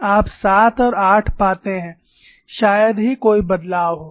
आप सात और आठ पाते हैं शायद ही कोई बदलाव हो